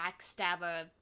backstabber